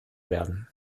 werden